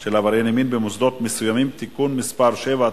של עברייני מין במוסדות מסוימים (תיקון מס' 7),